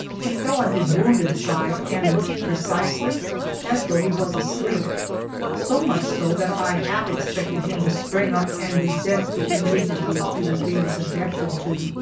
he fell on his wounded side, and looked precisely as though he was asleep so much so that i half expected him to spring up and resent the indignity he was being subjected to.